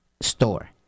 store